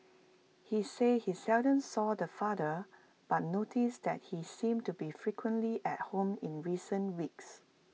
he said he seldom saw the father but noticed that he seemed to be frequently at home in recent weeks